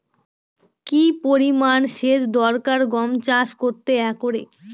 কি পরিমান সেচ দরকার গম চাষ করতে একরে?